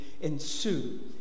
ensue